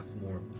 more